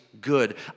good